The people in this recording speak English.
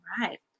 right